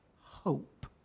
hope